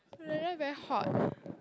weather very hot